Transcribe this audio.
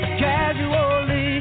casually